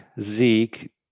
Zeke